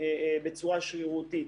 בצורה שרירותית.